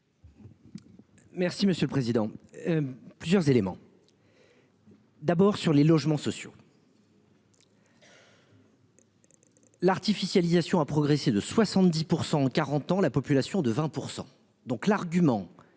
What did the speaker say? Merci monsieur le président. Plusieurs éléments. D'abord sur les logements sociaux. L'artificialisation a progressé de 70 pour 140 ans, la population de 20%,